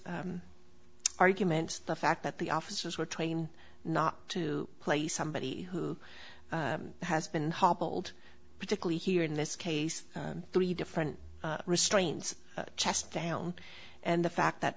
arguments the fact that the officers were trained not to play somebody who has been hobbled particularly here in this case three different restraints chest down and the fact that